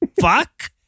fuck